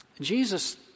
Jesus